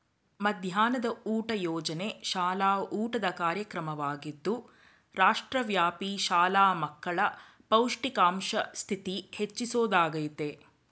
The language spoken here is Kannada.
ಮಧ್ಯಾಹ್ನದ ಊಟ ಯೋಜನೆ ಶಾಲಾ ಊಟದ ಕಾರ್ಯಕ್ರಮವಾಗಿದ್ದು ರಾಷ್ಟ್ರವ್ಯಾಪಿ ಶಾಲಾ ಮಕ್ಕಳ ಪೌಷ್ಟಿಕಾಂಶ ಸ್ಥಿತಿ ಹೆಚ್ಚಿಸೊದಾಗಯ್ತೆ